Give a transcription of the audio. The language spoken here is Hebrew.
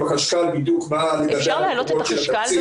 החשכ"ל בדיוק מה לגבי המקורות של התקציב.